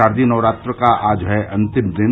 शारदीय नवरात्र का आज है अंतिम दिन